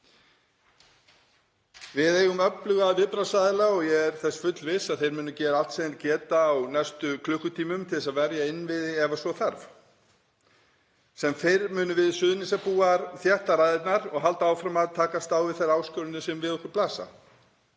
Við eigum öfluga viðbragðsaðila og ég er þess fullviss að þeir muni gera allt sem þeir geta á næstu klukkutímum til að verja innviði ef svo þarf. Sem fyrr munum við Suðurnesjabúar þétta raðirnar og halda áfram að takast á við þær áskoranir sem við okkur blasa.